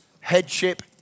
headship